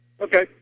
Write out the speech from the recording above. Okay